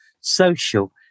social